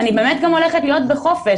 אני באמת גם הולכת להיות בחופש,